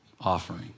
offering